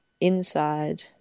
inside